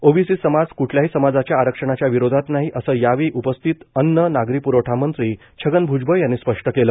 OBC समाज क्ठल्याही समाजाच्या आरक्षणाच्या विरोधात नाही असं यावेळी उपस्थित अन्न नागरी प्रवठा मंत्री छगन भुजबळ यांनी स्पष्ट केलं